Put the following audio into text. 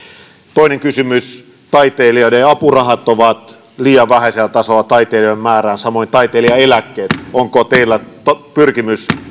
toinen kysymys taiteilijoiden apurahat ovat liian vähäisellä tasolla taitelijoiden määrään nähden samoin taitelijaeläkkeet onko teillä pyrkimys